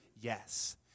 Yes